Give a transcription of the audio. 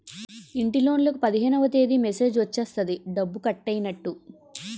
ఇంటిలోన్లకు పదిహేనవ తేదీ మెసేజ్ వచ్చేస్తది డబ్బు కట్టైనట్టు